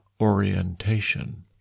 orientation